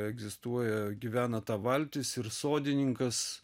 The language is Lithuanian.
egzistuoja gyvena ta valtis ir sodininkas